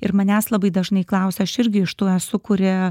ir manęs labai dažnai klausia aš irgi iš tų esu kuri